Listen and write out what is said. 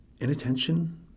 Inattention